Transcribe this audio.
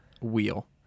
wheel